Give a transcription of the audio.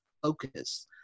focus